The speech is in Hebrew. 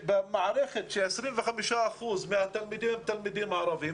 במערכת ש-25 אחוזים מהתלמידים הם תלמידים ערבים,